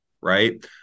Right